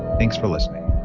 thanks for listening.